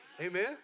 Amen